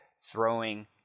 throwing